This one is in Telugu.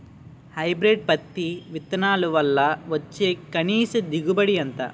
హైబ్రిడ్ పత్తి విత్తనాలు వల్ల వచ్చే కనీస దిగుబడి ఎంత?